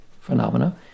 phenomena